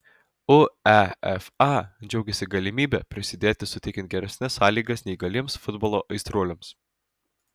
uefa džiaugiasi galimybe prisidėti suteikiant geresnes sąlygas neįgaliems futbolo aistruoliams